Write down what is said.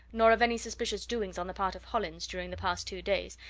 nor of any suspicious doings on the part of hollins during the past two days,